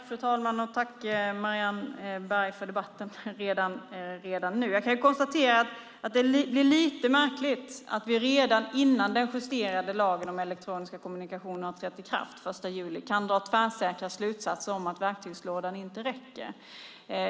Fru talman! Tack, Marianne Berg, för debatten redan nu! Jag kan konstatera att det är lite märkligt att vi redan innan den justerade lagen om elektroniska kommunikationer träder i kraft den 1 juli kan dra tvärsäkra slutsatser om att verktygslådan inte räcker.